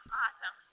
awesome